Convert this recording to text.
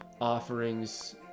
offerings